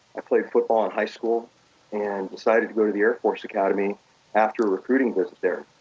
i played football in high school and decided to go to the air force academy after a recruiting visit there